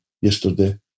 yesterday